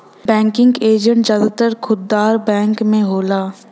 banking agent जादातर खुदरा bank में होलन